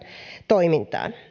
toimintaan